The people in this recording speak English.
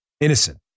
Innocent